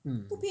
mm